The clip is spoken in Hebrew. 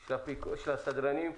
של הסדרנים,